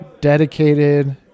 dedicated